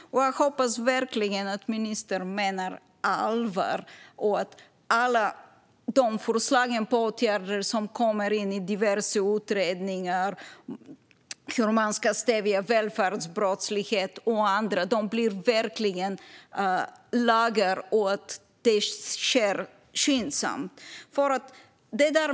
Jag hoppas verkligen att ministern menar allvar och att alla förslag på åtgärder som kommer i diverse utredningar för hur man ska stävja välfärdsbrottlighet och annan brottslighet blir verkliga lagar och att det sker skyndsamt.